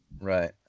Right